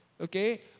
okay